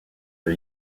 are